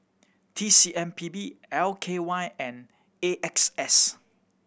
T C M P B L K Y and A X S